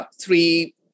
three